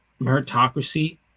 meritocracy